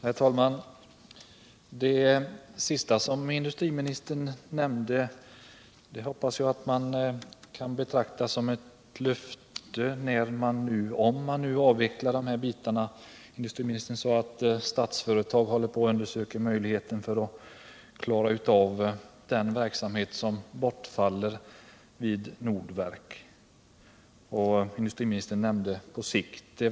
Herr talman! Det sista industriministern nämnde i sitt anförande hoppas jag kan betraktas som ett löfte, om de nämnda bitarna avvecklas. Industriministern meddelade att Statsföretag håller på att undersöka möjligheten att klara den verksamhet som bortfaller vid Nordverk. Industriministern sade ”på sikt”.